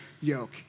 yoke